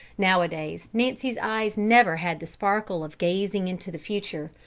nowadays nancy's eyes never had the sparkle of gazing into the future,